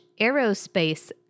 aerospace